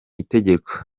itegeko